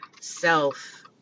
self